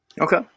okay